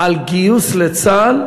על גיוס לצה"ל,